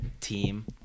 team